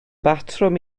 batrwm